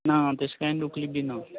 ना तशें कांय दुखलीं बी ना